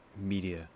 media